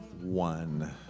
one